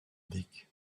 dick